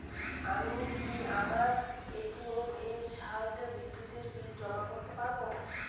আমি কি আমার এ.টি.এম এর সাহায্যে বিদ্যুতের বিল জমা করতে পারব?